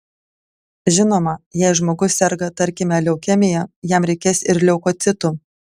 žinoma jei žmogus serga tarkime leukemija jam reikės ir leukocitų